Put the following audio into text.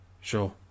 Sure